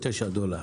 עם ה-14 יום.